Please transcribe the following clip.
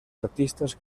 artistas